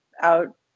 out